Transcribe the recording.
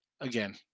Again